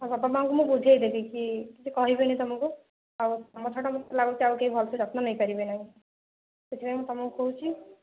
ମୋ ବାପା ମା'ଙ୍କୁ ମୁଁ ବୁଝେଇଦେବି କି କିଛି କହିବେନି ତୁମକୁ ଆଉ ତୁମଛଡ଼ା ମୋତେ ଲାଗୁଛି ଆଉ କେହି ଭଲସେ ଯତ୍ନ ନେଇ ପାରିବେନାହିଁ ସେଥିପାଇଁ ମୁଁ ତୁମକୁ କହୁଛି